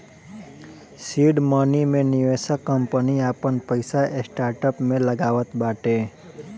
seed money मे निवेशक कंपनी आपन पईसा स्टार्टअप में लगावत बाटे